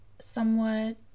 somewhat